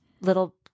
little